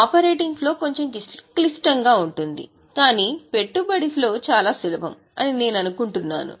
operating flow కొంచెం క్లిష్టంగా ఉంటుంది కానీ పెట్టుబడి ఫ్లో చాలా సులభం అని నేను అనుకుంటున్నాను